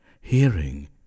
hearing